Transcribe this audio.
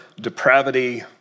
depravity